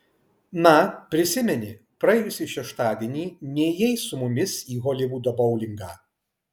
na prisimeni praėjusį šeštadienį nėjai su mumis į holivudo boulingą